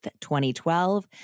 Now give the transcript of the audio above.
2012